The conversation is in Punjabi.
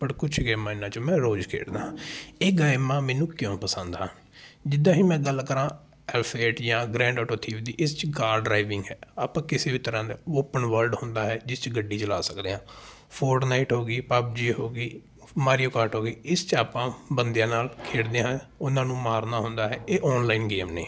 ਪਰ ਕੁਛ ਗੇਮਾਂ ਇਹਨਾਂ 'ਚੋਂ ਮੈ ਰੋਜ਼ ਖੇਡਦਾ ਹਾਂ ਇਹ ਗੇਮਾਂ ਮੈਨੂੰ ਕਿਉਂ ਪਸੰਦ ਆ ਜਿੱਦਾਂ ਹੀ ਮੈਂ ਗੱਲ ਕਰਾਂ ਅਰਫਿਡ ਜਾਂ ਗ੍ਰੈਂਡ ਓਟੋ ਥੀਵ ਦੀ ਇਸ 'ਚ ਗਾਡ ਡਰਾਈਵਿੰਗ ਹੈ ਆਪਾਂ ਕਿਸੇ ਵੀ ਤਰ੍ਹਾਂ ਦਾ ਓਪਨ ਵਰਲਡ ਹੁੰਦਾ ਹੈ ਜਿਸ 'ਚ ਗੱਡੀ ਚਲਾ ਸਕਦੇ ਹਾਂ ਫੋਰਟਨਾਈਟ ਹੋ ਗਈ ਪੱਬਜੀ ਹੋ ਗਈ ਮਾਰੀਓ ਕਾਟ ਹੋ ਗਈ ਇਸ 'ਚ ਆਪਾਂ ਬੰਦਿਆਂ ਨਾਲ ਖੇਡਦੇ ਹਾਂ ਉਹਨਾਂ ਨੂੰ ਮਾਰਨਾ ਹੁੰਦਾ ਹੈ ਇਹ ਔਨਲਾਈਨ ਗੇਮ ਨੇ